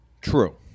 True